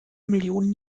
millionen